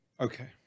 Okay